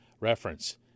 reference